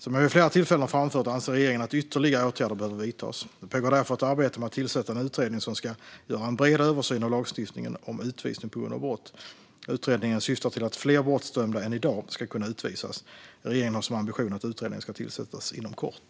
Som jag vid flera tillfällen har framfört anser regeringen att ytterligare åtgärder behöver vidtas. Det pågår därför ett arbete med att tillsätta en utredning som ska göra en bred översyn av lagstiftningen om utvisning på grund av brott. Utredningen syftar till att fler brottsdömda än i dag ska kunna utvisas. Regeringen har som ambition att utredningen ska tillsättas inom kort.